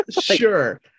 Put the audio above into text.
Sure